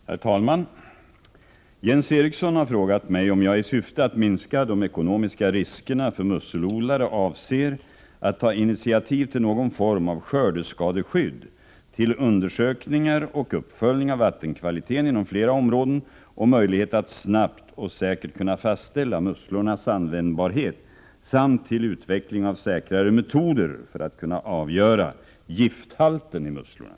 Herr talman! Jens Eriksson har frågat mig om jag i syfte att minska de ekonomiska riskerna för musselodlare avser att ta initiativ till någon form av skördeskadeskydd, till undersökningar och uppföljning av vattenkvaliteten inom flera områden och möjlighet att snabbt och säkert kunna fastställa musslornas användbarhet samt till utveckling av säkrare metoder för att kunna avgöra gifthalten i musslorna.